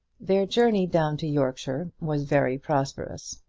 their journey down to yorkshire was very prosperous.